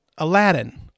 Aladdin